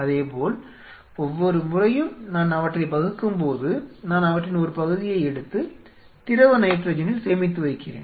அதேபோல் ஒவ்வொரு முறையும் நான் அவற்றைப் பகுக்கும்போது நான் அவற்றின் ஒரு பகுதியை எடுத்து திரவ நைட்ரஜனில் சேமித்து வைக்கிறேன்